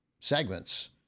segments